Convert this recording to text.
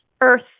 Earth